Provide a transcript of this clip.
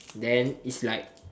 then it's like